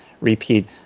repeat